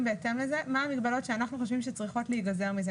בהתאם לזה מה המגבלות שאנחנו חושבים שצריכות להיגזר מזה.